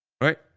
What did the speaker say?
Right